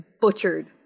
butchered